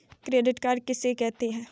Credit card किसे कहते हैं?